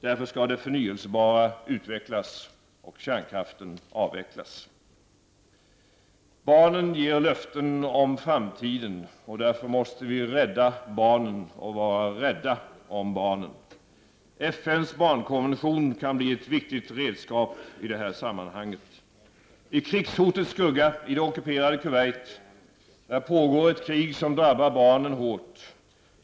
Därför skall det förnyelsebara utvecklas och kärnkraften avvecklas. Barnen ger löften om framtiden. Därför måste vi rädda barnen och vara rädda om barnen. FNs barnkonvention kan då bli ett viktigt redskap. I krigshotets skugga, i det ockuperade Kuwait, pågår ett krig som drabbar barnen hårt.